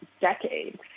decades